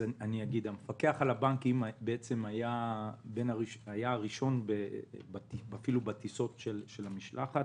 המפקח על הבנקים היה הראשון בטיסות המשלחת